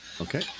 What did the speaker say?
Okay